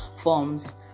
forms